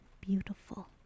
beautiful